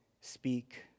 speak